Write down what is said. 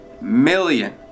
million